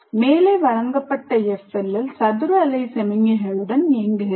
மேலே வழங்கப்பட்ட FLL சதுர அலை சமிக்ஞைகளுடன் இயங்குகிறது